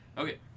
Okay